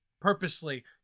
purposely